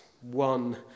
one